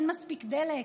אין מספיק דלק.